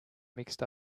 mixed